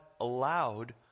allowed